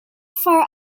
for